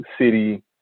city